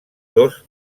dos